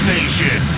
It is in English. Nation